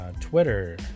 Twitter